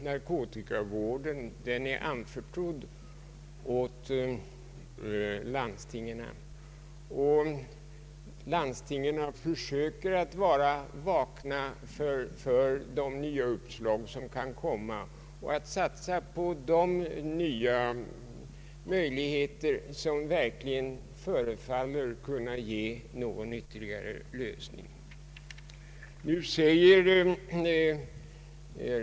Narkotikavården är emellertid anförtrodd åt landstingen, och landstingen försöker vara vakna för de nya uppslag som kan komma och satsa på de nya möjligheter som verkligen förefaller kunna ge någon ytterligare lösning.